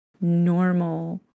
normal